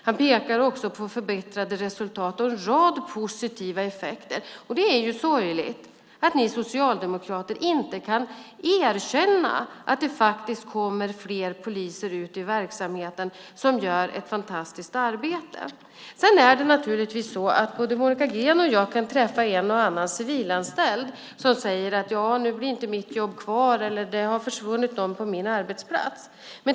Han pekar också på förbättrade resultat och en rad andra positiva effekter. Det är sorgligt att ni socialdemokrater inte kan erkänna att det kommer fler poliser ut i verksamheten och gör ett fantastiskt arbete. Både Monica Green och jag kan naturligtvis träffa en och annan civilanställd som säger att deras jobb inte blir kvar eller att någon har försvunnit på just den arbetsplatsen.